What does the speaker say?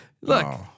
Look